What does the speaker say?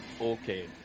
okay